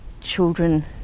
children